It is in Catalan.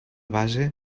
base